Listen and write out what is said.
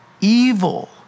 evil